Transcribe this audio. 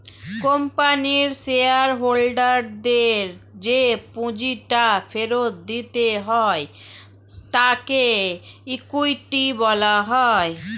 কোম্পানির শেয়ার হোল্ডারদের যে পুঁজিটা ফেরত দিতে হয় তাকে ইকুইটি বলা হয়